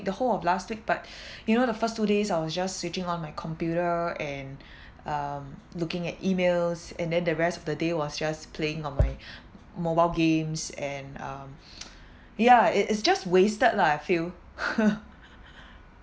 the whole of last week but you know the first two days I was just switching on my computer and um looking at emails and then the rest of the day was just playing on my mobile games and um ya it it's just wasted lah I feel